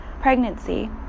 pregnancy